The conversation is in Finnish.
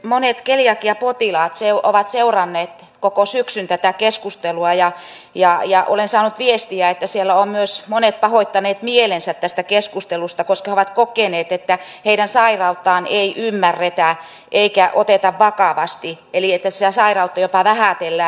monet keliakiapotilaat ovat seuranneet koko syksyn tätä keskustelua ja olen saanut viestiä että siellä ovat myös monet pahoittaneet mielensä tästä keskustelusta koska he ovat kokeneet että heidän sairauttaan ei ymmärretä eikä oteta vakavasti eli sitä sairautta jopa vähätellään